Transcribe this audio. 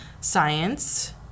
science